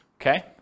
Okay